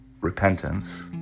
repentance